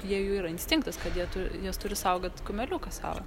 jie jų yra instinktas kad jie tu jos turi saugot kumeliuką savo